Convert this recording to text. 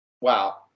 Wow